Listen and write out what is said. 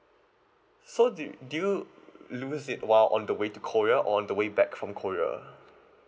so did did you lose it while on the way to korea or on the way back from korea